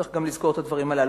צריך לזכור את הדברים הללו.